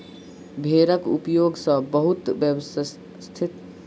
भेड़क उपयोग सॅ बहुत व्यवस्थित व्यापार आरम्भ कयल जा सकै छै